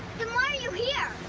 why are you here?